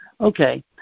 Okay